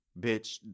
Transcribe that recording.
bitch